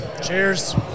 Cheers